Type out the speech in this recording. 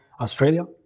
Australia